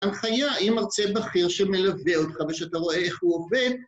הנחיה עם מרצה בכיר שמלווה אותך ושאתה רואה איך הוא עובד